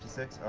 six.